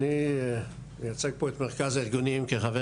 אני מייצג פה את מרכז הארגונים כחבר